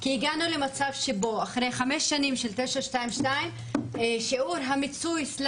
כי הגענו למצב שבו אחרי 5 שנים של 922 שיעור המיצוי/